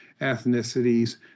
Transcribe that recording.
ethnicities